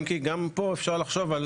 אם כי גם פה אפשר לחשוב על